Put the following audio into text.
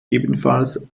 ebenfalls